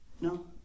No